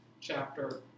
chapter